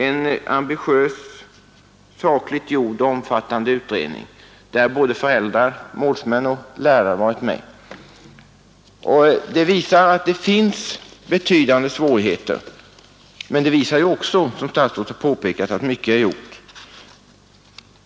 Det är en ambitiös, saklig och omfattande utredning, där både föräldrar-målsmän och lärare har varit med. Den visar att det finns betydande svårigheter, men den visar också att, som statsrådet har påpekat, mycket är gjort.